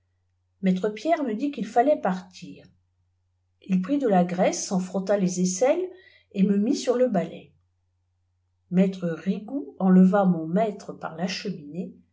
maître pierre me dit qu'il fallait partir il prit de la graîtifito s en frolta les aisselles et me mit sur le balai maître rigoux enleva mon maître par la cheminée